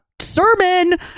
sermon